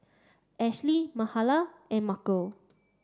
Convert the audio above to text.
Ashlie Mahala and Markel